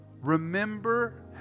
Remember